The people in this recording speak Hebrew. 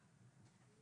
נכון.